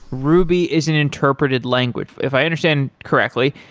ruby is an interpreted language. if i understand correctly,